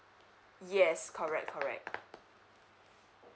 yes correct correct